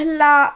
la